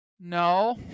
No